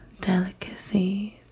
delicacies